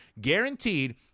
guaranteed